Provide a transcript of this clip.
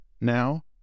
Now